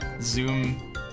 Zoom